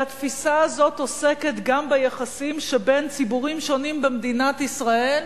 והתפיסה הזאת עוסקת גם ביחסים שבין ציבורים שונים במדינת ישראל.